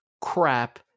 crap